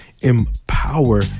empower